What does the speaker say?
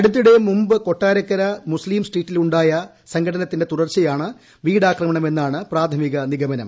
അടുത്തിടെ മുമ്പ് കൊട്ടാരക്കര മുസ്തിം സ്ട്രീറ്റിൽ ഉണ്ടായ സംഘട്ടനത്തിന്റെ തുടർച്ചയാണ് വീടാക്രമണമെന്നാണ് പ്രാഥമികനിഗമനം